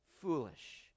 foolish